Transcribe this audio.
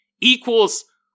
equals